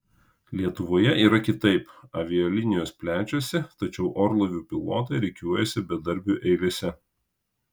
lietuvoje yra kitaip avialinijos plečiasi tačiau orlaivių pilotai rikiuojasi bedarbių eilėse